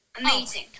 amazing